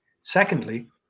Secondly